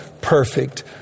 perfect